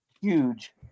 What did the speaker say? huge